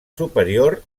superior